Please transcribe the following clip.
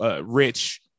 Rich